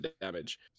damage